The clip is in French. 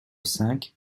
cinq